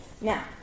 Now